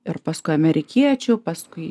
ir paskui amerikiečių paskui